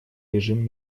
режим